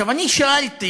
עכשיו, שאלתי